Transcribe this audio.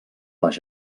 les